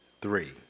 three